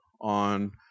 on